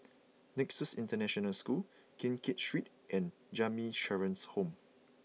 Nexus International School Keng Kiat Street and Jamiyah Children's Home